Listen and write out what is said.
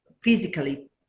physically